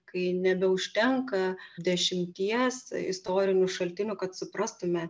kai nebeužtenka dešimties istorinių šaltinių kad suprastume